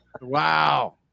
Wow